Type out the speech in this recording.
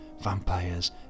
vampires